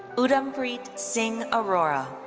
uddampreet singh arora.